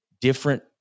different